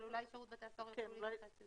אבל אולי שירות בתי הסוהר יוכלו להתייחס לזה.